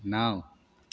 नओ